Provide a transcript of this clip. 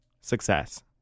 success